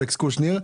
אלכס קושניר,